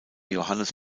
johannes